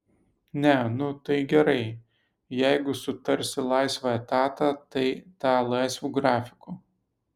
ne nu tai gerai jeigu sutarsi laisvą etatą tai tą laisvu grafiku